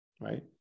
Right